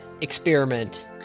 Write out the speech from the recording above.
experiment